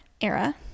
era